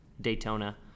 Daytona